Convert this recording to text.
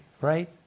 right